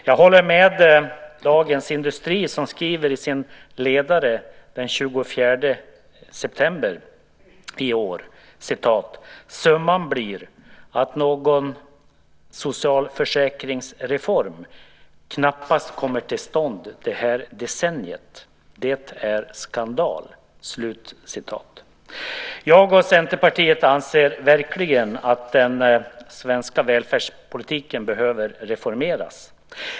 Jag håller med Dagens Industri som i sin ledare den 24 september i år skriver: "Summan blir att någon socialförsäkringsreform knappast kommer till stånd det här decenniet. Det är skandal." Jag och Centerpartiet anser att den svenska välfärdspolitiken verkligen behöver reformeras.